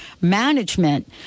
management